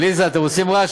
עליזה, אתם עושים רעש.